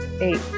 Eight